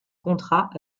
contrat